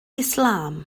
islam